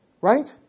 Right